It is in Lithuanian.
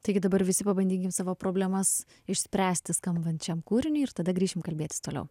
taigi dabar visi pabandykim savo problemas išspręsti skambant šiam kūriniui ir tada grįšim kalbėtis toliau